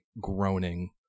groaning